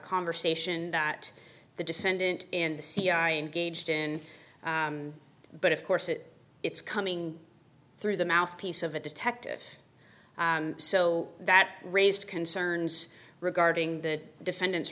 conversation that the defendant and the c i engaged in but of course it it's coming through the mouthpiece of a detective so that raised concerns regarding the defendant's